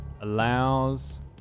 allows